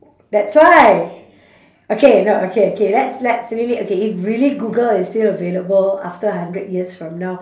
that's why okay no okay K let's let's really okay if really google is still available after a hundred years from now